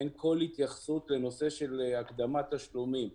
אין כל התייחסות לנושא של הקדמת תשלומים.